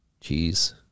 Cheese